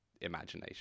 imagination